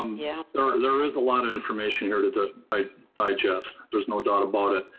yeah there there is a lot of information here to to digest. there's no doubt about it.